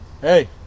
hey